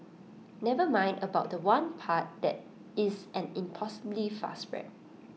never mind about The One part that is an impossibly fast rap